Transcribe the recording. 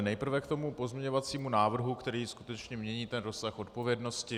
Nejprve k tomu pozměňovacímu návrhu, který skutečně mění rozsah odpovědnosti.